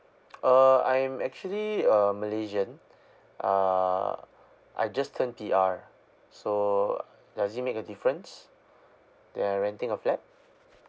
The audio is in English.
uh I am actually a malaysian uh I just turned P_R so does it make a difference that I renting a flat